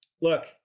look